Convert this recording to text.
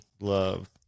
love